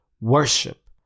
worship